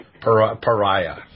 pariah